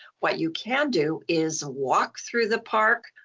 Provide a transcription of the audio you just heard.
what you can do is walk through the park,